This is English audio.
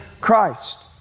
Christ